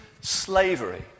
slavery